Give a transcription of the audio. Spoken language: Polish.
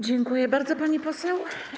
Dziękuję bardzo, pani poseł.